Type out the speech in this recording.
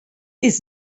its